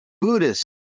Buddhist